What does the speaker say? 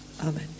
Amen